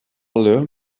learn